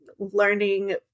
learning